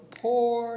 poor